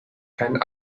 keinen